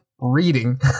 reading